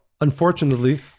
unfortunately